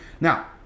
Now